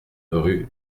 rue